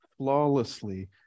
flawlessly